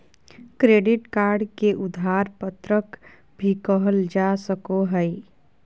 credit card के उधार पत्रक भी कहल जा सको हइ